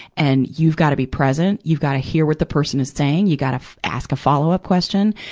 and you've gotta be present. you've gotta hear what the person is saying. you gotta ask follow-up question.